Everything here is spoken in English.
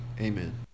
Amen